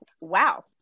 wow